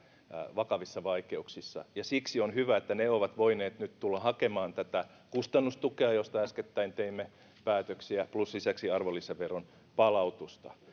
vakavissa vaikeuksissa siksi on hyvä että ne ovat voineet nyt tulla hakemaan tätä kustannustukea josta äskettäin teimme päätöksiä plus lisäksi arvonlisäveron palautusta